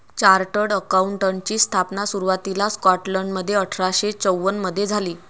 chartered अकाउंटंटची स्थापना सुरुवातीला स्कॉटलंडमध्ये अठरा शे चौवन मधे झाली